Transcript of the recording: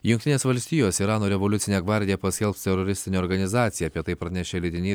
jungtinės valstijos irano revoliucinę gvardiją paskelbs teroristine organizacija apie tai pranešė leidinys